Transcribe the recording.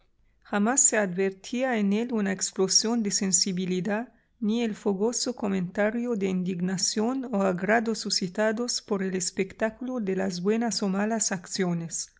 jamás se advertía en él una explosión de sensibilidad ni el fogoso comentario de indignación o agrado suscitados por el espectáculo de las buenas o malas acciones